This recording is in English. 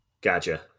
Gotcha